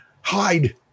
hide